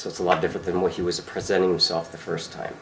so it's a lot different than what he was a president himself the first time